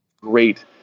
great